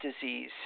disease